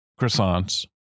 croissants